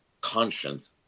conscience